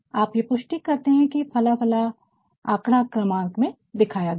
आप ये पुष्टि करते है कि ये फ्ला फ्ला आकड़ा क्रमांक में दिखाया गया है